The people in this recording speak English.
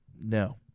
no